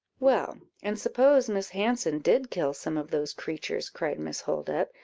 well, and suppose miss hanson did kill some of those creatures, cried miss holdup,